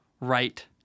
right